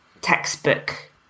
textbook